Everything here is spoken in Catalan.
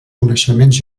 coneixements